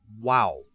Wow